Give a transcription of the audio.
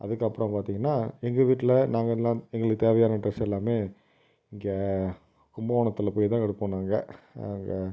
அதுக்கப்புறம் பார்த்தீங்கன்னா எங்கள் வீட்டில் நாங்கள் எல்லா எங்களுக்கு தேவையான ட்ரெஸ் எல்லாமே இங்கே கும்பகோணத்தில் போய்தான் எடுப்போம் நாங்கள்